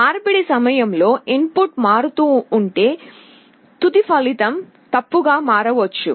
మార్పిడి సమయంలో input మారుతుంటే తుది ఫలితం తప్పుగా మారవచ్చు